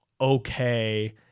okay